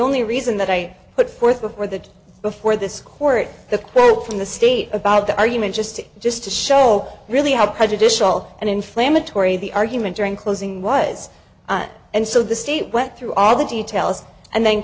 only reason that i put forth before the before this court the quote from the state about the argument just to just to show really how prejudicial and inflammatory the argument during closing was and so the state went through all the details and then